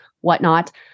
whatnot